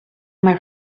home